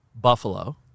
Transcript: Buffalo